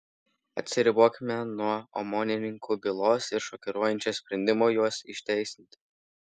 atsiribokime nuo omonininkų bylos ir šokiruojančio sprendimo juos išteisinti